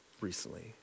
recently